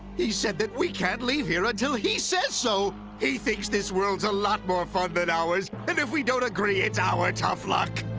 he said that we can't leave here until he says so. he thinks this world's a lot more fun than but ours, and if we don't agree, it's our tough luck.